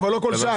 אבל לא בכל שעה.